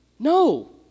No